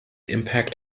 impact